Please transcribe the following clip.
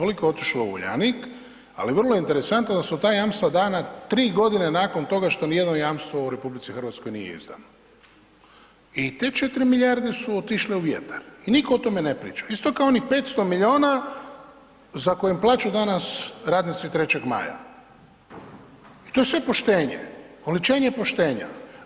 Toliko je otišlo u Uljanik, ali vrlo interesantno da su ta jamstva dana 3 godine nakon toga što nijedno jamstvo u RH nije izdano i te 4 milijarde su otišle u vjetar i nitko o tome ne priča, isto kao ni 500 milijuna za kojim plaću danas radnici 3. Maja i to je sve poštenje, oličenje poštenja.